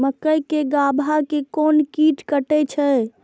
मक्के के गाभा के कोन कीट कटे छे?